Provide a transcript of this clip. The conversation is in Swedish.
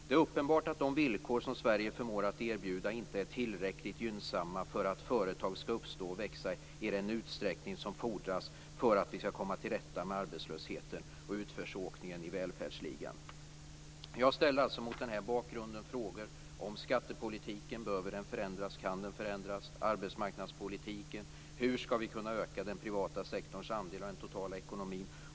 Det är uppenbart att de villkor som Sverige förmår att erbjuda inte är tillräckligt gynnsamma för att företag skall uppstå och växa i den utsträckning som fordras för att vi skall komma till rätta med arbetslösheten och utförsåkningen i välfärdsligan. Mot den bakgrunden ställer jag frågor om skattepolitiken. Behöver den förändras? Kan den förändras? Beträffande arbetsmarknadspolitiken: Hur skall vi kunna öka den privata sektorns andelar av den totala ekonomin?